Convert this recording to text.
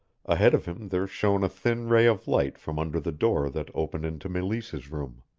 ahead of him there shone a thin ray of light from under the door that opened into meleese's room.